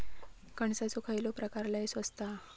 कणसाचो खयलो प्रकार लय स्वस्त हा?